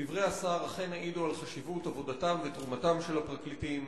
דברי השר אכן העידו על חשיבות עבודתם ותרומתם של הפרקליטים.